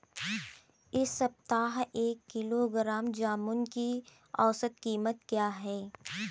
इस सप्ताह एक किलोग्राम जामुन की औसत कीमत क्या है?